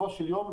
בסופו של יום,